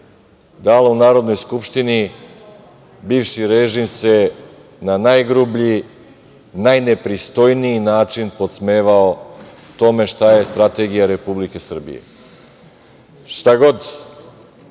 dala u Narodnoj skupštini bivši režim se na najgrublji, najnepristojniji način podsmevao tome šta je strategija Republike Srbije. Šta god